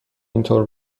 اینطور